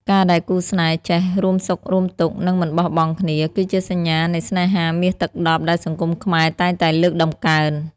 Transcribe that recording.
ការដែលគូស្នេហ៍ចេះ "រួមសុខរួមទុក្ខ និងមិនបោះបង់គ្នា" គឺជាសញ្ញានៃស្នេហាមាសទឹកដប់ដែលសង្គមខ្មែរតែងតែលើកតម្កើង។